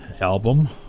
album